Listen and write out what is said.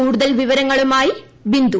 കൂടുതൽ വിവരങ്ങളുമായി ബിന്ദു